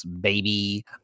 baby